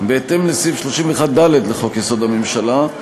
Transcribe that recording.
בהתאם לסעיף 31(ד) לחוק-יסוד: הממשלה,